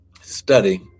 study